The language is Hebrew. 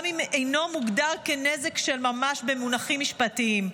גם אם אינו מוגדר כנזק של ממש במונחים משפטיים.